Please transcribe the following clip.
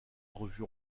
revue